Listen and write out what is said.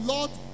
Lord